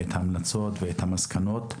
את ההמלצות ואת המסקנות.